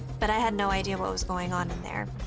but i had no idea what was going on in there.